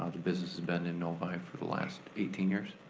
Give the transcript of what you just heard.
ah the business has been in novi for the last eighteen years,